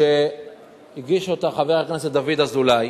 שהגיש חבר הכנסת דוד אזולאי